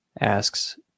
asks